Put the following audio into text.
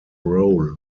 role